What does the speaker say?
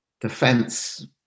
defense